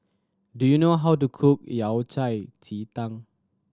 do you know how to cook Yao Cai ji tang